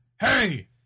Hey